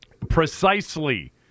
Precisely